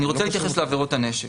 אני רוצה להתייחס לעבירות הנשק.